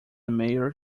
mayor